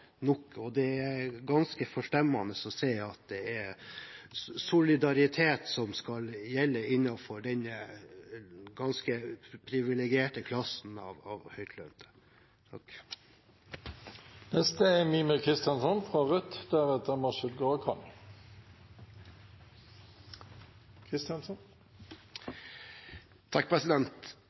nok, og det er ganske forstemmende å se at det er solidaritet som skal gjelde innenfor denne ganske privilegerte klassen av høytlønte. I tillegg til